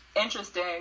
interesting